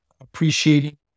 appreciating